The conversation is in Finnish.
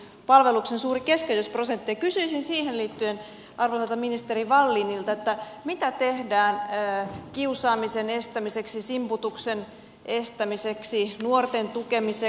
palvelusten suuri keskeytysprosentti ja kysyisin siihen liittyen arvoisalta ministeri wallinilta mitä tehdään kiusaamisen estämiseksi simputuksen estämiseksi nuorten tukemiseksi